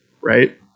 right